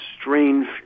strange